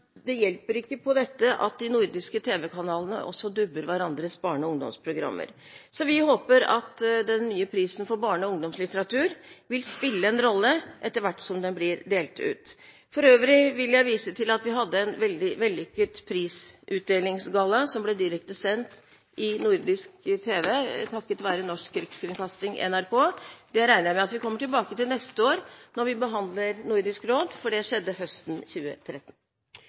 Det hjelper ikke på dette at de nordiske tv-kanalene også dubber hverandres barne- og ungdomsprogrammer. Vi håper at den nye prisen for barne- og ungdomslitteratur vil spille en rolle etter hvert som den blir delt ut. For øvrig vil jeg vise til at vi hadde en veldig vellykket prisutdelingsgalla som ble direkte sendt i nordisk tv takket være Norsk rikskringkasting, NRK. Det regner jeg med at vi kommer tilbake til neste år når vi behandler Nordisk råd, for det skjedde høsten 2013.